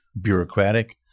bureaucratic